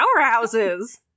Powerhouses